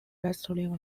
wrestling